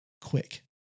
quick